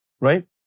right